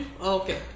Okay